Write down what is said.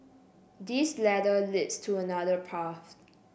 this ladder leads to another path